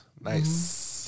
nice